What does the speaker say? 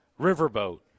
Riverboat